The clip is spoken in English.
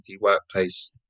workplace